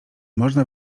można